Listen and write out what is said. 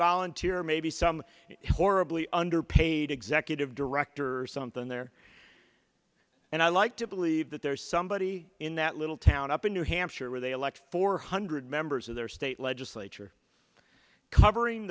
volunteer maybe some horribly underpaid executive director something there and i like to believe that there's somebody in that little town up in new hampshire where they elect four hundred members of their state legislature covering